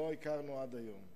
שלא הכרנו עד היום.